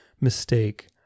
mistake